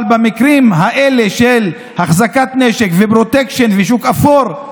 במקרים האלה של החזקת נשק ופרוטקשן ושוק אפור,